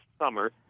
summer